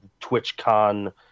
TwitchCon